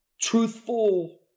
truthful